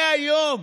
100 יום,